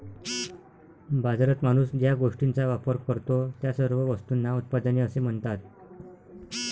बाजारात माणूस ज्या गोष्टींचा वापर करतो, त्या सर्व वस्तूंना उत्पादने असे म्हणतात